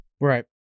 Right